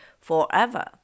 forever